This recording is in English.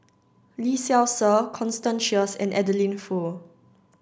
Lee Seow Ser Constance Sheares and Adeline Foo